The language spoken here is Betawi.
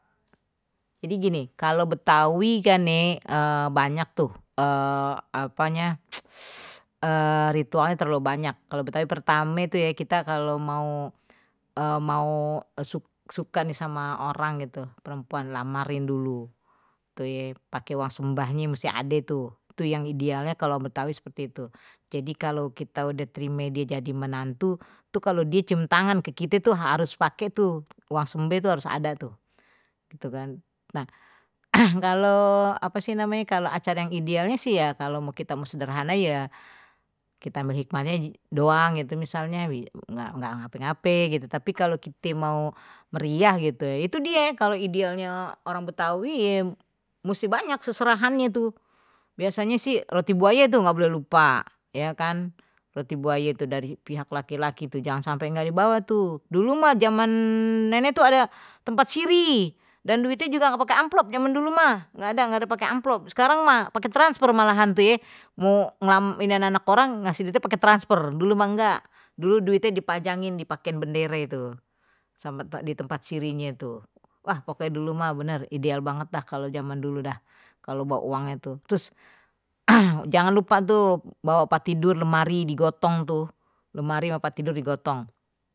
Jadi gini, kalau betawi kan ye, banyak tuh apanya ritualnya terlalu banyak, kalau betawi pertama itu ya kita kalau mau, mau suka nih sama orang gitu perempuan lamarin dulu pakai uang sembahnye masih ade tuh yang idealnya kalau betawi seperti itu jadi kalau kita udah jadi menantu itu kalau die cium tangan ke kita tuh harus pakai tuh langsung b itu harus ada tuh tuh kan nah kalau apa sih namanya kalau acara yang idealnya sih ya kalau mau kita mau sederhana ya kita berhikmahnya doang, gitu misalnya enggak enggak ngapa-ngapa gitu tapi kalau kita mau meriah gitu ya itu dia kalau idealnya orang betawi ya musti banyak seserahannya tuh biasanya sih roti buaye tuh enggak boleh lupa ya kan berarti buaya itu dari pihak laki-laki itu jangan sampai enggak dibawa tuh dulu mah zaman nenek itu ada tempat siri dan duitnya juga enggak pakai amplop zaman dulu mah enggak ada enggak ada pakai amplop, sekarang mah pakai transfer malahan sih mau ini anak-anak orang ngasih duitnya pakai transfer dulu apa enggak dulu duitnya dipanjangin dipakai bendere itu di tempat cirinya itu ah pokoknya dulu mah bener ideal banget dah kalau zaman dulu dah kalau bawa uangnya tuh terus eh jangan lupa tuh bawa pa tidur lemari di gotong tuh lemari ame tempat tidur di gotong.